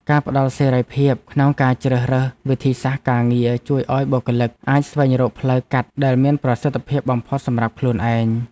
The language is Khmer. ការផ្តល់សេរីភាពក្នុងការជ្រើសរើសវិធីសាស្ត្រការងារជួយឱ្យបុគ្គលិកអាចស្វែងរកផ្លូវកាត់ដែលមានប្រសិទ្ធភាពបំផុតសម្រាប់ខ្លួនឯង។